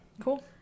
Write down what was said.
Cool